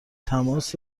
تماس